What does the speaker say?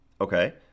okay